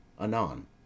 anon